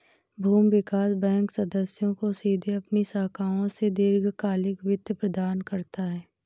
भूमि विकास बैंक सदस्यों को सीधे अपनी शाखाओं से दीर्घकालिक वित्त प्रदान करता है